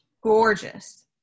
gorgeous